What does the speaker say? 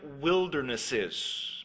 wildernesses